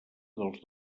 dels